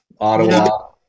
Ottawa